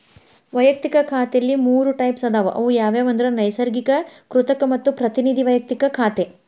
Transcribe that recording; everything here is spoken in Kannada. ವಯಕ್ತಿಕ ಖಾತೆಲಿ ಮೂರ್ ಟೈಪ್ಸ್ ಅದಾವ ಅವು ಯಾವಂದ್ರ ನೈಸರ್ಗಿಕ, ಕೃತಕ ಮತ್ತ ಪ್ರತಿನಿಧಿ ವೈಯಕ್ತಿಕ ಖಾತೆ